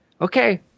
okay